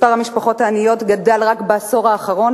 מספר המשפחות העניות גדל רק בעשור האחרון